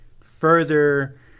further